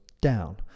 down